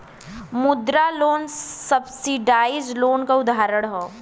मुद्रा loan subsidise loan क उदाहरण हौ